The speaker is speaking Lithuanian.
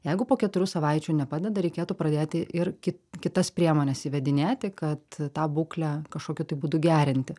jeigu po keturių savaičių nepadeda reikėtų pradėti ir kit kitas priemones įvedinėti kad tą būklę kažkokiu tai būdu gerinti